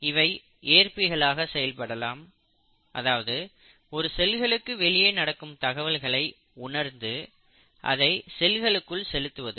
இவை ஏற்பிகள் ஆக செயல்படலாம் அதாவது செல்களுக்கு வெளியே நடக்கும் தகவல்களை உணர்ந்து அதை செல்களுக்குள் செலுத்துவது